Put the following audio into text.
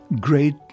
Great